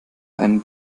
einen